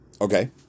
okay